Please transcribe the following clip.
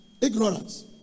Ignorance